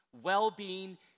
well-being